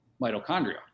mitochondria